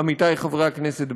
עמיתי חברי הכנסת,